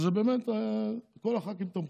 ובזה באמת כל הח"כים תמכו,